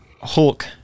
Hulk